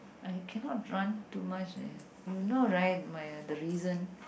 I cannot run too much ya you know right my the reason